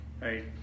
right